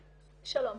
שלום.